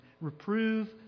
Reprove